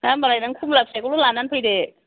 दा होनबालाय नों खमला फिथाइखौल' लानानै फैदो